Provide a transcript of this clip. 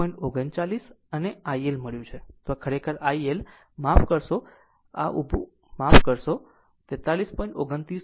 39 અને IL મળ્યું આ ખરેખર IL માફ કરશો ઉભી એક માફ કરશો નહીં 43